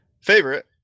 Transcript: favorite